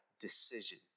decision